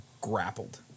grappled